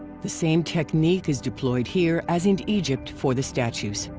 the same technique is deployed here as in egypt for the statues.